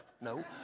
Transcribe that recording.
no